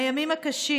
הימים הקשים,